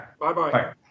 Bye-bye